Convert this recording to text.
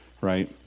Right